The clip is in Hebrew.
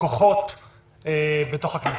כוחות בכנסת,